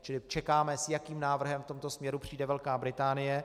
Čili čekáme, s jakým návrhem v tomto směru přijde Velká Británie.